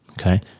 okay